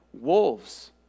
wolves